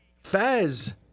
Fez